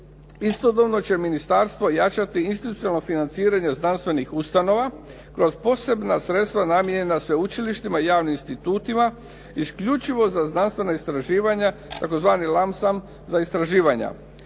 istodobno će ministarstvo jačati institucionalno financiranje znanstvenih ustanova kroz posebna sredstva namijenjena sveučilištima, javnim institutima isključivo za znanstvena istraživanja tzv. Lamsam za istraživanja.